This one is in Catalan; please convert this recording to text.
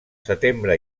setembre